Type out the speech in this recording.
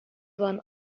one